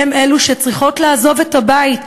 הן אלה שצריכות לעזוב את הבית,